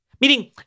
Meaning